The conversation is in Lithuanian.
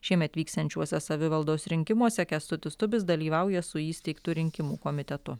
šiemet vyksiančiuose savivaldos rinkimuose kęstutis tubis dalyvauja su įsteigtu rinkimų komitetu